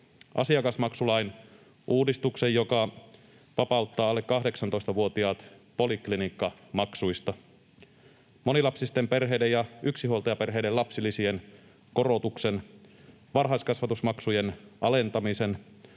asiakasmaksulain uudistuksen, joka vapauttaa alle 18-vuotiaat poliklinikkamaksuista, monilapsisten perheiden ja yksinhuoltajaperheiden lapsilisien korotuksen, varhaiskasvatusmaksujen alentamisen,